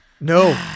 No